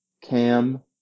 Cam